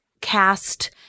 cast